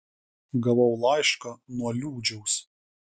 gavau laišką nuo liūdžiaus